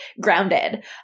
grounded